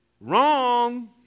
wrong